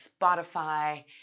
Spotify